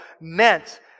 meant